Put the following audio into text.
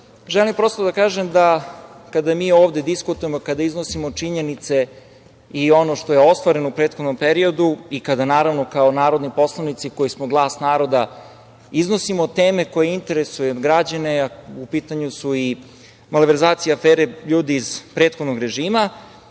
državu. Želim da kažem da kada mi ovde diskutujemo, kada iznosimo činjenice i ono što je ostvareno u prethodnom periodu i kada, naravno, kao narodni poslanici koji smo glas naroda iznosimo, teme koje interesuju građane, u pitanju su i malverzacije i afere ljudi iz prethodnog režima,